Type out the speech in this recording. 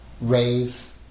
rave